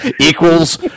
equals